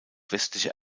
westliche